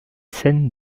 scène